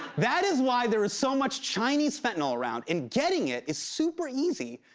that is why there is so much chinese fentanyl around and getting it is super easy,